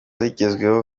zigezweho